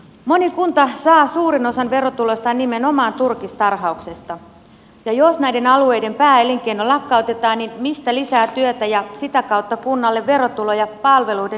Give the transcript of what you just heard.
moni kunta saa suuren osan verotuloistaan nimenomaan turkistarhauksesta ja jos näiden alueiden pääelinkeino lakkautetaan niin mistä lisää työtä ja sitä kautta kunnalle verotuloja palveluiden järjestämiseen